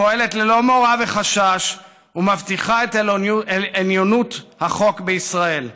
הפועלת ללא מורא וחשש ומבטיחה את עליונות החוק בישראל.